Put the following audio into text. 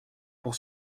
pour